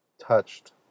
touched